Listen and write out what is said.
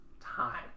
time